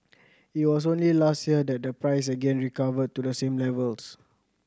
it was only last year that the price again recovered to the same levels